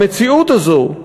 במציאות הזו,